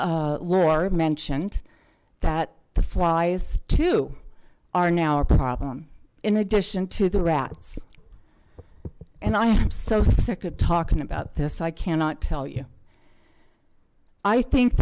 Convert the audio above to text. lore mentioned that the flies too are now a problem in addition to the rats and i am so sick of talking about this i cannot tell you i think